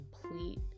complete